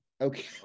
okay